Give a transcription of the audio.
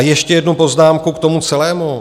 Ještě jednu poznámku k tomu celému.